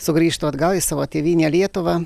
sugrįžtų atgal į savo tėvynę lietuvą